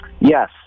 Yes